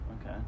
Okay